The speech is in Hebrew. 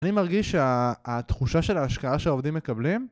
אני מרגיש שה-התחושה של ההשקעה שהעובדים מקבלים,